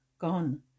gone